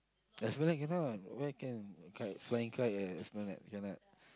Esplanade cannot where can kite flying kite at Esplanade cannot